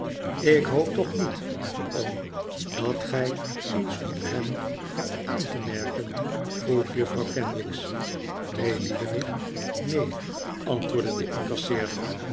ik hoop toch niet lieve oom dat gij iets op hem hebt aan te merken vroeg juffrouw kenwigs neen lieve nicht neen antwoordde de